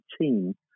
team